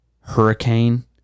hurricane